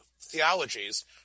theologies